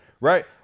Right